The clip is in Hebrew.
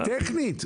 היא טכנית.